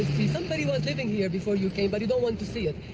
somebody was living here before you came, but you don't want to see it.